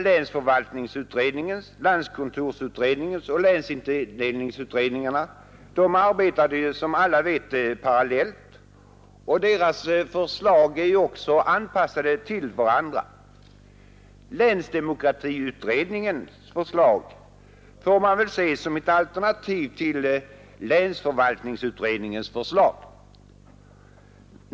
Länsförvaltningsutredningen, landskontorsutredningen och länsindelningsutredningen arbetade som alla vet parallellt, och deras förslag är också anpassade till varandra. Länsdemokratiutredningens förslag får man väl se som ett alternativ till länsförvaltningsutredningens förslag.